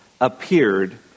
appeared